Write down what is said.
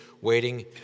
waiting